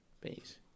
Peace